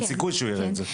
אין סיכוי שהוא יראה את זה.